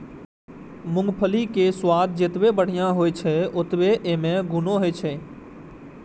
मूंगफलीक स्वाद जतेक बढ़िया होइ छै, ओतबे अय मे गुणो होइ छै